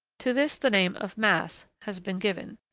to this the name of mass has been given.